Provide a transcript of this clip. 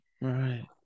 right